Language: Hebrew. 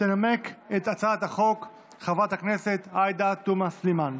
תנמק את הצעת החוק חברת הכנסת עאידה תומא סלימאן.